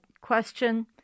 question